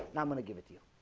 i'm gonna give it to you